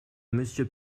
monsieur